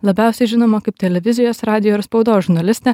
labiausiai žinoma kaip televizijos radijo ir spaudos žurnalistė